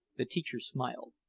the teacher smiled.